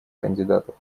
кандидатов